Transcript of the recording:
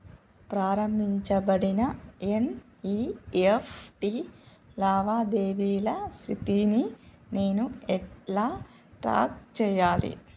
ప్రారంభించబడిన ఎన్.ఇ.ఎఫ్.టి లావాదేవీల స్థితిని నేను ఎలా ట్రాక్ చేయాలి?